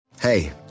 Hey